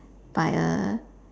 by a